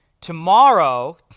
Tomorrow